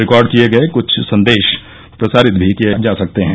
record किए गए कृछ संदेश प्रसारित भी किए जा सकते हैं